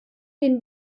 den